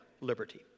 liberty